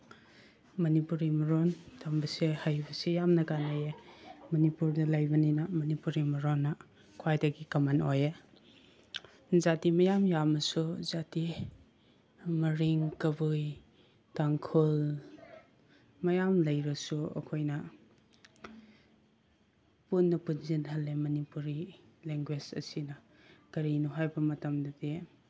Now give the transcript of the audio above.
ꯃꯅꯤꯄꯨꯔꯤ ꯃꯔꯣꯟ ꯇꯝꯕꯁꯦ ꯍꯩꯕꯁꯦ ꯌꯥꯝꯅ ꯀꯥꯟꯅꯩꯌꯦ ꯃꯅꯤꯄꯨꯔꯗ ꯂꯩꯕꯅꯤꯅ ꯃꯅꯤꯄꯨꯔꯤ ꯃꯔꯣꯟꯅ ꯈ꯭ꯋꯥꯏꯗꯒꯤ ꯀꯃꯟ ꯑꯣꯏꯌꯦ ꯖꯥꯇꯤ ꯃꯌꯥꯝ ꯌꯥꯝꯃꯁꯨ ꯖꯥꯇꯤ ꯃꯔꯤꯡ ꯀꯕꯨꯏ ꯇꯥꯡꯈꯨꯜ ꯃꯌꯥꯝ ꯂꯩꯔꯁꯨ ꯑꯩꯈꯣꯏꯅ ꯄꯨꯟꯅ ꯄꯨꯟꯖꯤꯟꯍꯜꯂꯦ ꯃꯅꯤꯄꯨꯔꯤ ꯂꯦꯡꯒ꯭ꯋꯦꯁ ꯑꯁꯤꯅ ꯀꯔꯤꯅꯣ ꯍꯥꯏꯕ ꯃꯇꯝꯗꯗꯤ